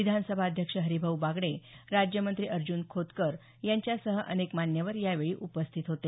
विधानसभा अध्यक्ष हरिभाऊ बागडे राज्यमंत्री अर्जुन खोतकर यांच्यासह अनेक मान्यवर यावेळी उपस्थित होते